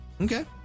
Okay